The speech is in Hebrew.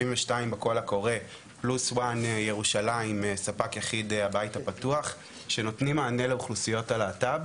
72 בקול הקורא פלוס 1 בבית הפתוח שנותנים מענה לאוכלוסיות הלהט"ב,